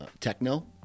techno